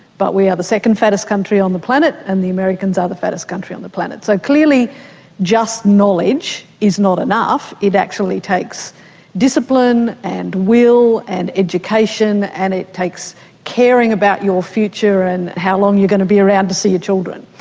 but we are the second fattest country on the planet and the americans are the fattest country on the planet. so clearly just knowledge is not enough, it actually takes discipline and will and education and it takes caring about your future and how long you are going to be around to see your children.